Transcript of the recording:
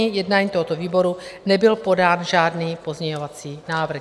Ke dni jednání tohoto výboru nebyl podán žádný pozměňovací návrh.